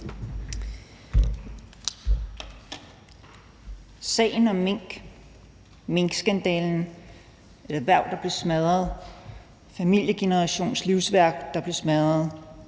Sagen om mink, minkskandalen, et erhverv, der blev smadret, en familiegenerations livsværk, der blev smadret